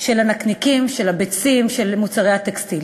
של הנקניקים, של הביצים, של מוצרי הטקסטיל.